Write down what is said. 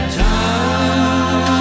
time